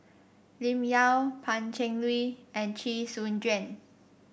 Lim Yau Pan Cheng Lui and Chee Soon Juan